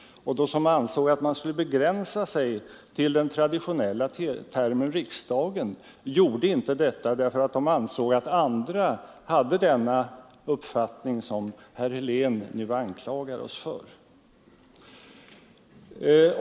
Och de som ansåg att man skulle begränsa sig till den traditionella termen ”riksdagen” gjorde inte detta därför att de ansåg att andra hade den uppfattning som herr Helén anklagar oss för.